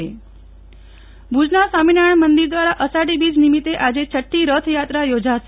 નેહ્લ ઠક્કર ભુજ રથયાત્રા ભુજના સ્વામિનારાયણ મંદિર દ્વારા અષાઢી બીજ નિમિત્તે આજે છઠી રથયાત્રા યોજાશે